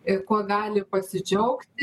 ir kuo gali pasidžiaugti